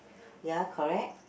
ya correct